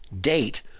date